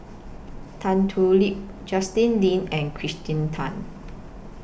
Tan Thoon Lip Justin Lean and Kirsten Tan